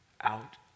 out